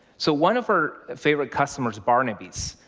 so one of our favorite customers, barnebys,